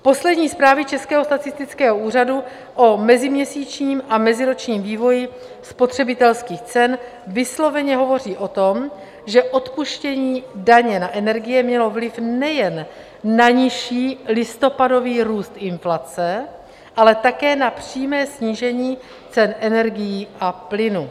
Poslední zprávy Českého statistického úřadu o meziměsíčním a meziročním vývoji spotřebitelských cen vysloveně hovoří o tom, že odpuštění daně na energie mělo vliv nejen na nižší listopadový růst inflace, ale také na přímé snížení cen energií a plynu.